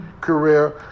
career